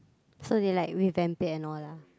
so did like we have been there oh lah